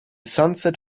sunset